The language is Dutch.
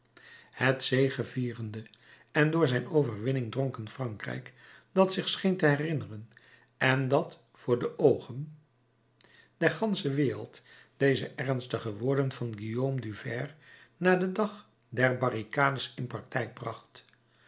het zegevierende en door zijn overwinning dronken frankrijk dat zich scheen te herinneren en dat voor de oogen der gansche wereld deze ernstige woorden van guillaume du vair na den dag der barricades in practijk bracht